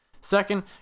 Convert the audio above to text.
Second